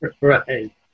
right